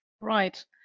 Right